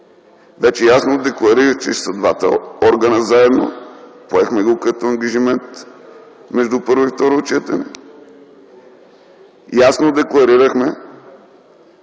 Вече ясно декларирах, че ще са двата органа заедно. Поехме го като ангажимент между първо и второ четене. Ясно декларирахме,